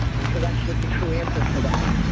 and so that's just a true answer to that,